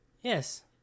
Yes